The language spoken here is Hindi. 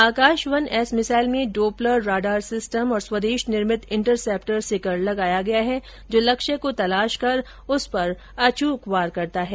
आकाश वन एस मिसाइल में डोपलर राडार सिस्टम और स्वदेश निर्मित इंटरसेप्टर सिकर लगाया गया है जो लक्ष्य को तलाश कर उस पर अचूक वार करता है